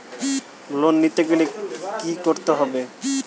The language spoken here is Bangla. লোন নিতে গেলে কি করতে হবে?